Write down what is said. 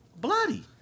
bloody